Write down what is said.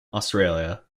australia